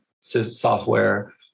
software